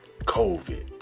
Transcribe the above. COVID